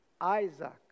Isaac